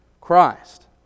Christ